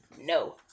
No